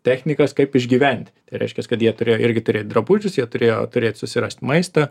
technikas kaip išgyventi tai reiškias kad jie turėjo irgi turėt drabužius jie turėjo turėt susirast maistą